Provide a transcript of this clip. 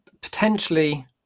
potentially